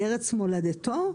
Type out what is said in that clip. לארץ מולדתו,